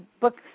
books